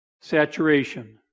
saturation